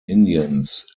indians